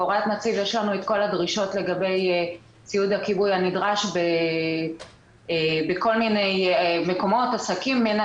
שבה מופיעות כל הדרישות לגבי ציוד הכיבוי הנדרש בכל מיני מקומות ועסקים.